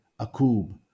Akub